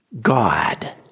God